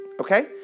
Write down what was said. Okay